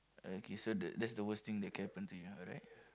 okay so the that's the worst thing that can happen to you right